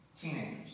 teenagers